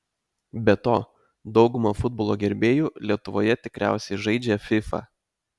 be to dauguma futbolo gerbėjų lietuvoje tikriausiai žaidžia fifa